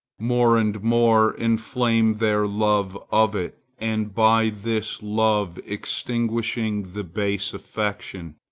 more and more inflame their love of it, and by this love extinguishing the base affection,